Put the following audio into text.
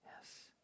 Yes